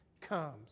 comes